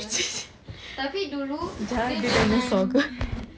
jadi dia besar ke